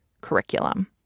curriculum